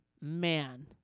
man